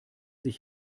sich